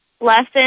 lesson